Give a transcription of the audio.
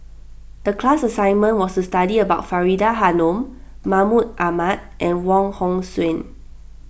the class assignment was to study about Faridah Hanum Mahmud Ahmad and Wong Hong Suen